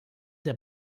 der